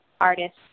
artists